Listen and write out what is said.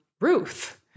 Ruth